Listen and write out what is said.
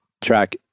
track